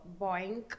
Boink